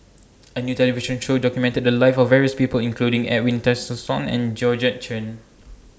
A New television Show documented The Lives of various People including Edwin Tessensohn and Georgette Chen